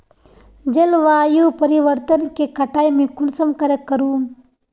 जलवायु परिवर्तन के कटाई में कुंसम करे करूम?